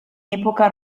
epoca